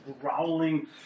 growling